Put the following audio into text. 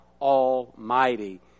Almighty